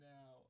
Now